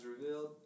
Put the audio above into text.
revealed